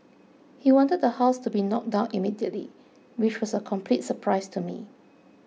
he wanted the house to be knocked down immediately which was a complete surprise to me